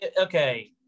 Okay